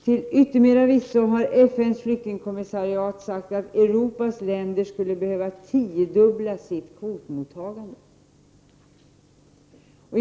Till yttermera visso har FNs flyktingkommissarie sagt att Europas länder skulle behöva tiodubbla sitt kvotmottagande.